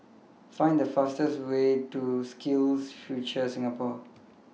Find The fastest Way to SkillsFuture Singapore